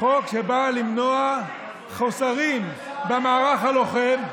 חוק שבא למנוע חוסרים במערך הלוחם.